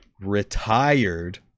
retired